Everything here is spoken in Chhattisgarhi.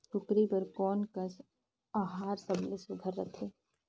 कूकरी बर कोन कस आहार सबले सुघ्घर रथे?